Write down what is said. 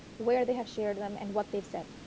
where they have shared them and what they've said.